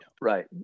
right